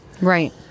Right